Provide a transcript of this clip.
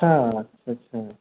ہاں اچھا